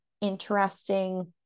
interesting